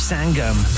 Sangam